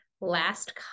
last